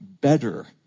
better